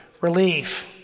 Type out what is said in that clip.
relief